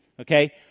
Okay